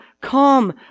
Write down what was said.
come